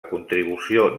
contribució